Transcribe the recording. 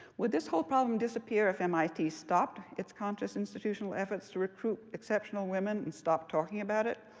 would this whole problem disappear if mit stopped its conscious institutional efforts to recruit exceptional women and stopped talking about it?